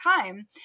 time